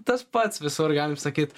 tas pats visur galim sakyt